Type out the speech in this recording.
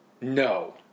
No